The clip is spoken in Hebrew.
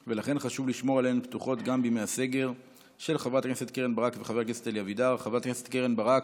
יאסין, חבר הכנסת אלי אבידר, חברת הכנסת קרן ברק,